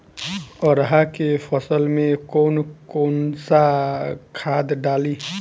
अरहा के फसल में कौन कौनसा खाद डाली?